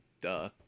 duh